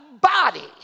body